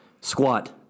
Squat